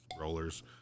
rollers